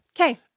Okay